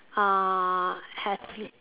uh has l~